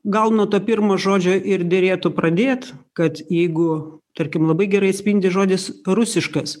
gal nuo to pirmo žodžio ir derėtų pradėt kad jeigu tarkim labai gerai atspindi žodis rusiškas